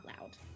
loud